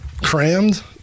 crammed